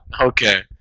Okay